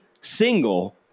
single